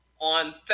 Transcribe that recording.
On